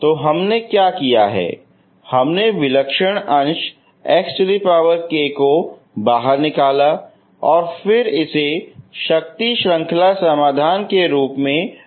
तो हमने क्या किया है हमने विलक्षण अंश xk को बाहर निकाला और फिर इसे शक्ति श्रंखला समाधान के रूप में गुणा किया